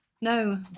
No